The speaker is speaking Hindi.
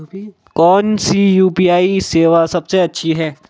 कौन सी यू.पी.आई सेवा सबसे अच्छी है?